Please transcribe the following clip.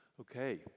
Okay